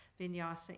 vinyasa